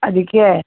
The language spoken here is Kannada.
ಅದಕ್ಕೆ